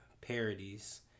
parodies